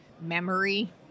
memory